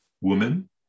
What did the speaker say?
woman